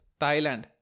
Thailand